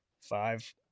five